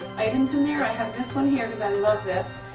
items in here. i have this one here because i love this.